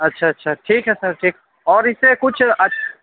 اچھا اچھا اچھا ٹھیک ہے سر ٹھیک اور اِس سے کچھ اچھا